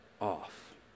off